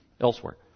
elsewhere